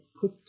put